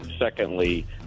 secondly